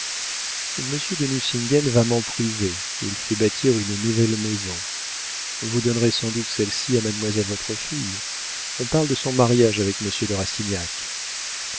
de nucingen va m'en priver il fait bâtir une nouvelle maison vous donnerez sans doute celle-ci à mademoiselle votre fille on parle de son mariage avec monsieur de rastignac